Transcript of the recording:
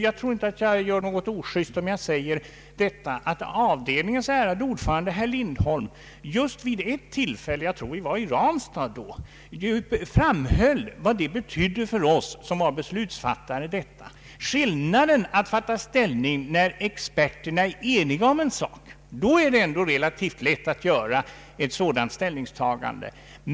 Jag tror inte jag gör något ojuste om jag nu säger att avdelningens ärade ordförande herr Lindholm vid ett tillfälle — jag tror att vi då var i Ranstad — framhöll vad det betydde för oss som var beslutsfattare. När experterna är eniga om en sak är det relativt lätt att fatta beslut.